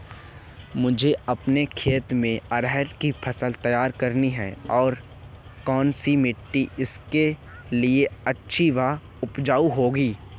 मुझे अपने खेत में अरहर की फसल तैयार करनी है और कौन सी मिट्टी इसके लिए अच्छी व उपजाऊ होगी?